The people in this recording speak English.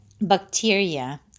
bacteria